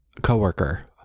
co-worker